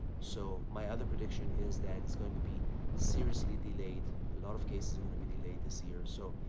so, my other prediction is that it's going to be seriously delayed. a lot of cases are going to be delayed this year. so,